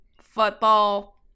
football